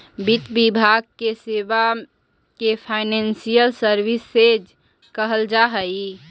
वित्त विभाग के सेवा के फाइनेंशियल सर्विसेज कहल जा हई